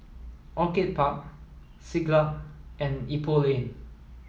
Orchid Park Siglap and Ipoh Lane